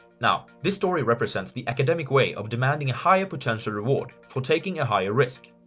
now, this story represents the academic way of demanding a higher potential reward for taking a higher risk.